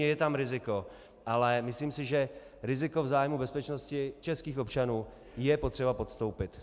Samozřejmě je tam riziko, ale myslím si, že riziko v zájmu bezpečnosti českých občanů je potřeba podstoupit.